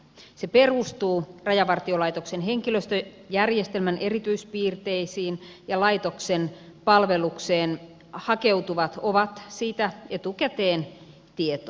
se perustuu rajavartiolaitoksen henkilöstöjärjestelmän erityispiirteisiin ja laitoksen palvelukseen hakeutuvat ovat siitä etukäteen tietoisia